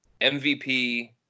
MVP